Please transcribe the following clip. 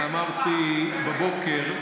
שאמרתי בבוקר,